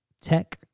tech